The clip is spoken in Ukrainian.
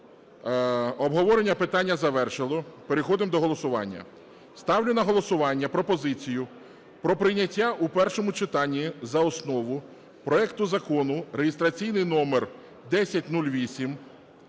Обговорення питання завершено, переходимо до голосування. Ставлю на голосування пропозицію про прийняття у першому читанні за основу проекту Закону (реєстраційний номер 1008).